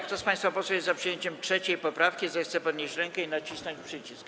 Kto z państwa posłów jest za przyjęciem 3. poprawki, zechce podnieść rękę i nacisnąć przycisk.